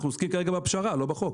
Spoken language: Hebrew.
אנחנו עוסקים כרגע בפשרה, לא בחוק.